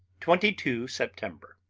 twenty two september.